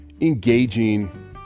engaging